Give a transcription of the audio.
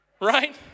right